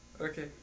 okay